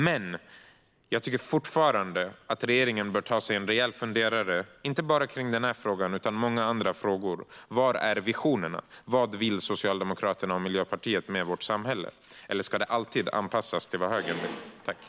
Men jag tycker fortfarande att regeringen bör ta sig en rejäl funderare, inte bara när det gäller denna fråga utan även när det gäller många andra frågor. Var är visionerna? Vad vill Socialdemokraterna och Miljöpartiet i fråga om vårt samhälle? Eller ska det alltid anpassas till vad högern vill?